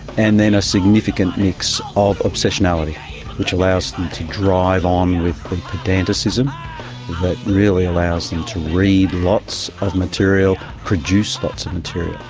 and then a significant mix of obsessionality which allows them to drive on with the pedanticism that really allows them to read lots of material, produce lots and of